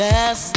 Yes